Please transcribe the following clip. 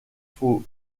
faut